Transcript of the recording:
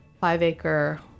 five-acre